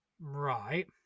right